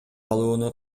алууну